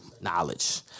knowledge